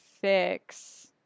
fix